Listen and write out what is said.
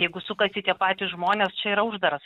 jeigu sukasi tie patys žmonės čia yra uždaras